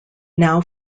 now